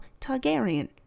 Targaryen